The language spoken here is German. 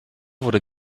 wurde